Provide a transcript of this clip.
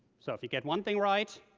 so, if you get one thing right,